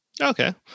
Okay